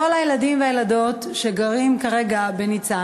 כל הילדים והילדות שגרים כרגע בניצן,